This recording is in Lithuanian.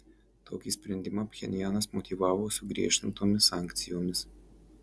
tokį sprendimą pchenjanas motyvavo sugriežtintomis sankcijomis